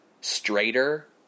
straighter